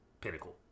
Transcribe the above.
Pinnacle